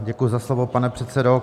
Děkuji za slovo, pane předsedo.